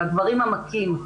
בגברים המכים.